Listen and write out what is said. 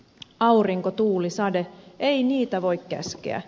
aurinko tuuli sade ei niitä voi käskeä